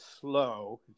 slow